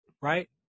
right